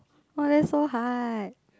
oh that's so hard